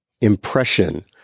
impression